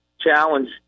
challenge